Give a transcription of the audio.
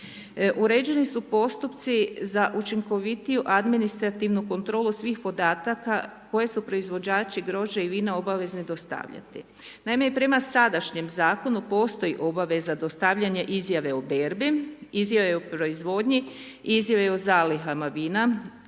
Uređeni su postupci za učinkovitiju administrativnu kontrolu svih podataka koje su proizvođači grožđa i vina obavezni dostavljati. Naime i prema sadašnjem zakonu postoji obaveza dostavljanja izjave o berbi, izjave o proizvodnji i izjave o zalihama vina